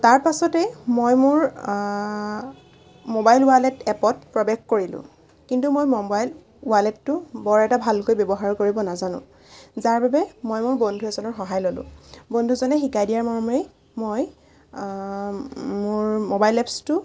তাৰপাছতে মই মোৰ ম'বাইল ৱালেট এপত প্ৰৱেশ কৰিলো কিন্তু মই ম'বাইল ৱালেটটো বৰ এটা ভালকৈ ব্যৱহাৰ কৰিব নাজানো যাৰ বাবে মই মোৰ বন্ধু এজনৰ সহায় ল'লো বন্ধুজনে শিকাই দিয়াৰ মৰ্মেই মই মোৰ ম'বাইল এপচটো